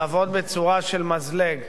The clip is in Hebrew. לעבוד בצורה של מזלג,